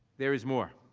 there is more.